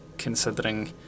considering